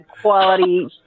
quality